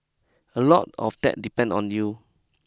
a lot of that depend on you